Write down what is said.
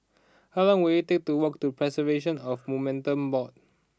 how long will it take to walk to Preservation of Monuments Board